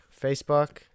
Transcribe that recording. facebook